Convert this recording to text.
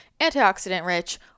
antioxidant-rich